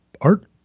art